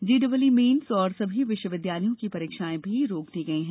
JEE mains और सभी विश्वविद्यालयों की परीक्षाए भी रोक दी गई हैं